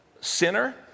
Sinner